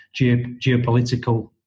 geopolitical